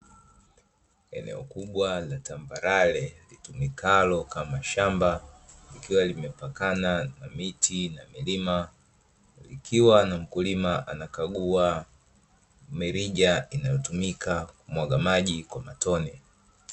Eneo kubwa na tambarare litumikalo kama shamba likiwa limepakana na miti na milima. Kukiwa na mkulima anakagua mirija inayotumika kumwaga maji kwa matone.